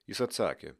jis atsakė